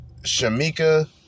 Shamika